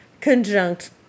conjunct